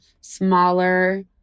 smaller